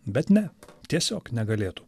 bet ne tiesiog negalėtų